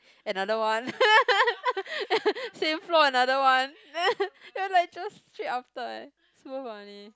another one same floor another one you're like just straight after eh so funny